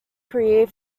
career